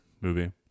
movie